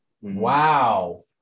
Wow